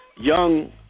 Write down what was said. young